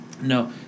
No